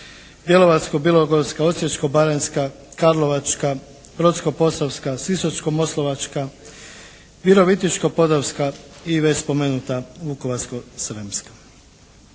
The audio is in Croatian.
Bjelovarsko-bilogorska, Osječko-baranjska, Karlovačka, Brodsko-posavska, Sisačko-moslavačka, Virovitičko-podravska i već spomenuta Vukovarsko-srijemska.